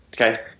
Okay